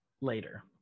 later